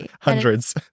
Hundreds